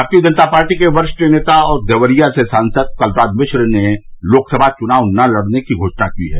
भारतीय जनता पार्टी के वरिष्ठ नेता और देवरिया से सांसद कलराज मिश्र ने लोकसभा चुनाव न लड़ने की घोषणा की है